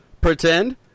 pretend